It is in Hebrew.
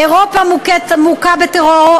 אירופה מוכה בטרור,